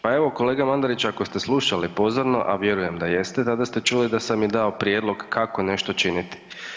Pa evo, kolega Mandariću, ako ste slušali pozorno, a vjerujem da jeste, tada ste čuli da sam i dao prijedlog kako nešto činiti.